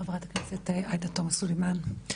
חברת הכנסת עאידה תומא סלימאן,